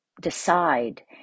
decide